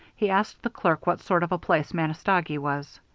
he asked the clerk what sort of a place manistogee was.